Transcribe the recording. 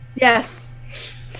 Yes